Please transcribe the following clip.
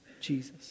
Jesus